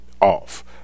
off